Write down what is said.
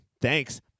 Thanks